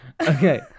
Okay